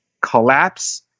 collapse